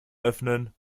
öffnen